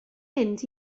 mynd